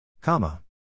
Comma